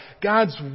God's